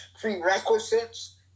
prerequisites